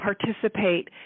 participate